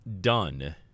Done